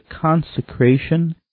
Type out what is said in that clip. consecration